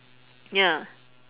ya